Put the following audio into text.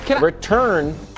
return